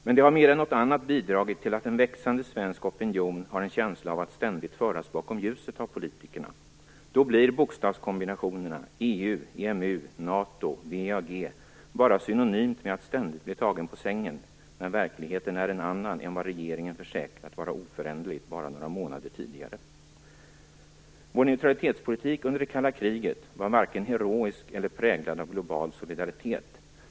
Men det har mer än något annat bidragit till att en växande svensk opinion har en känsla av att ständigt föras bakom ljuset av politikerna. Då blir bokstavskombinationerna EU, EMU, NATO, WEAG bara synonymt med att ständigt bli tagen på sängen, när verkligheten är en annan än vad regeringen försäkrat vara oföränderlig bara några månader tidigare. Vår neutralitetspolitik under det kalla kriget var varken heroisk eller präglad av global solidaritet.